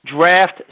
Draft